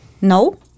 No